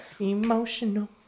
emotional